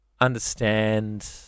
understand